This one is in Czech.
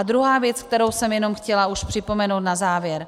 Druhá věc, kterou jsem chtěla připomenout na závěr.